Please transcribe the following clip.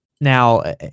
now